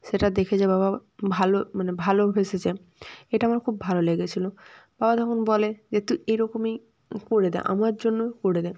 সেটা দেখে যে বাবা ভালো মানে ভালোবেসেছে এটা আমার খুব ভালো লেগেছিল বাবা তখন বলে যে তুই এরকমই করে দে আমার জন্যও করে দে